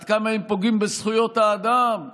עד כמה הם פוגעים בזכויות האדם,